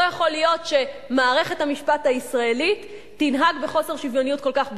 לא יכול להיות שמערכת המשפט הישראלית תנהג בחוסר שוויוניות כל כך בוטה.